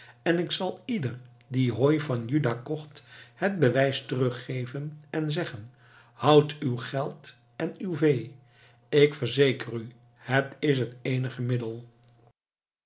en ik zal ieder die hooi van juda kocht het bewijs teruggeven en zeggen houd uw geld en uw vee ik verzeker u het is het eenige middel